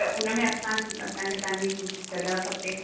त उन में असां असांखे तव्हां जी कुझु सलाहु खपे